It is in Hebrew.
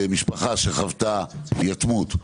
משפחה שחוותה יתמות,